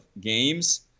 games